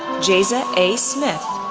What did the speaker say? jaeiza a. smith,